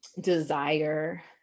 desire